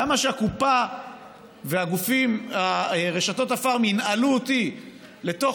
למה שהקופה ורשתות הפארם ינעלו אותי בתוך